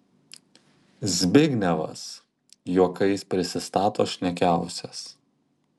zbignevas juokais prisistato šnekiausias